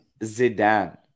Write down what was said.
Zidane